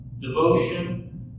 devotion